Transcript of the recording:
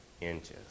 inches